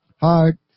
Heart